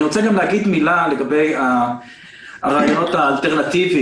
אני רוצה גם להגיד מילה לגבי הרעיונות האלטרנטיביים,